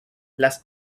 las